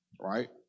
right